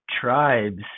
tribes